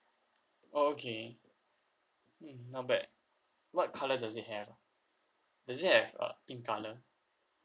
oh okay mm not bad what colour does it have does it have uh pink colour